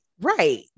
Right